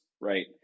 right